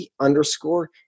underscore